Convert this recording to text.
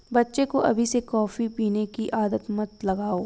बच्चे को अभी से कॉफी पीने की आदत मत लगाओ